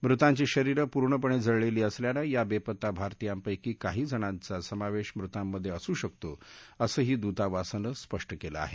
मृतांची शरीरं पूर्णपणे जळलेली असल्यानं या बेपत्ता भारतीयांपैकी काही जणांचा समावेश मृतांमध्ये असू शकतो असही दूतावासानं स्पष्टं केलं आहे